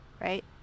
right